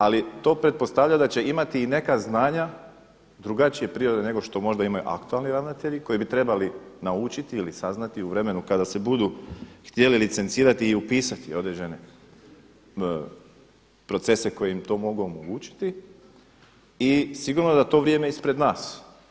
Ali to pretpostavlja da će imati i neka znanja drugačije prirode nego što možda imaju aktualni ravnatelji koji bi trebali naučiti ili saznati u vremenu kada se budu htjeli licencirati i upisati određene procese koji im to mogu omogućiti i sigurno da je to vrijeme ispred nas.